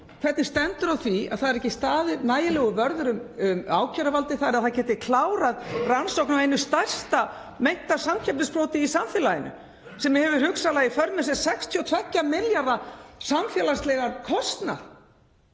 Hvernig stendur á því að það er ekki staðinn nægilegur vörður um ákæruvaldið þannig að það geti klárað rannsókn á einu stærsta meinta samkeppnisbroti í samfélaginu, sem hefur hugsanlega í för með sér 62 milljarða samfélagslegan kostnað?